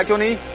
like money